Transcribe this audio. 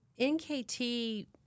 NKT